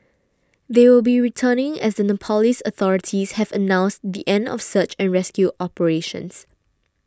they will be returning as the Nepalese authorities have announced the end of search and rescue operations